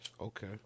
Okay